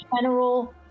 general